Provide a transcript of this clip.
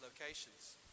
locations